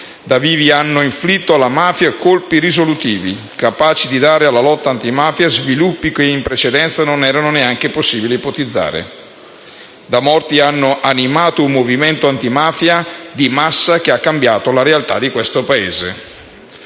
da vivi hanno inflitto alla mafia colpi risolutivi, capaci di dare alla lotta antimafia sviluppi che in precedenza non era neanche possibile ipotizzare. Da morti hanno animato un movimento antimafia di massa, che ha cambiato la realtà di questo Paese.